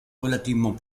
relativement